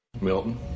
Milton